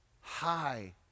High